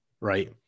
Right